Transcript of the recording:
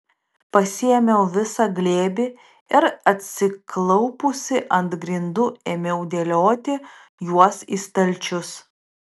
pasiėmiau visą glėbį ir atsiklaupusi ant grindų ėmiau dėlioti juos į stalčius